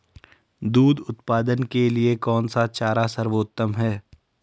दूध उत्पादन के लिए कौन सा चारा सर्वोत्तम है?